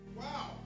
wow